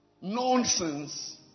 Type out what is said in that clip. Nonsense